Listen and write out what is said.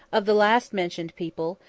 of the last-mentioned people,